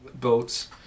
boats